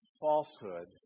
falsehood